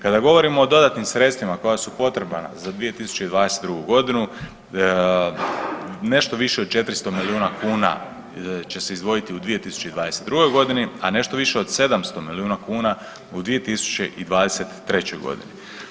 Kada govorimo o dodatnim sredstvima koja su potrebna za 2022. godinu nešto više od 400 milijuna kuna će se izdvojiti u 2022. godini, a nešto više od 700 milijuna kuna u 2023. godini.